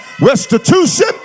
Restitution